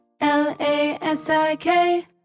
L-A-S-I-K